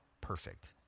perfect